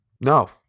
No